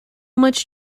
much